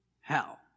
hell